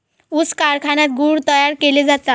ऊस कारखान्यात गुळ ही तयार केले जातात